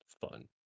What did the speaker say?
fun